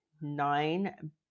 nine